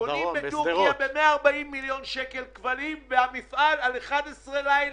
קונים בטורקיה ב-140 מיליון שקל כבלים והמפעל על 11 ליינים.